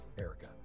Erica